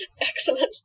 Excellent